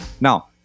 Now